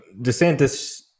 Desantis